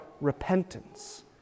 repentance